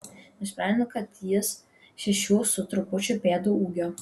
nusprendė kad jis šešių su trupučiu pėdų ūgio